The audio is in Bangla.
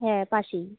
হ্যাঁ পাশেই